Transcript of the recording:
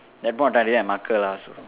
that point of time they didn't have marker lah